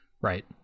Right